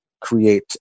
create